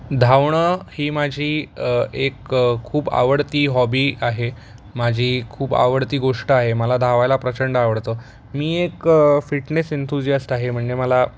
धावणं ही माझी एक खूप आवडती हॉबी आहे माझी खूप आवडती गोष्ट आहे मला धावायला प्रचंड आवडतं मी एक फिटनेस इंथुझिॲस्ट आहे म्हणजे मला